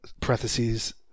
parentheses